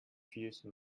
fuse